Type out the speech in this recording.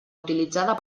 utilitzada